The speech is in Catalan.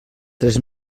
tres